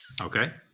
okay